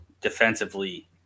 defensively